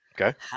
Okay